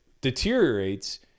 deteriorates